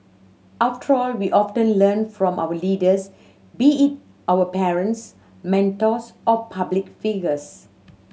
after all we often learn from our leaders be it our parents mentors or public figures